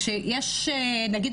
כשיש נגיד,